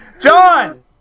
John